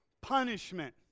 punishment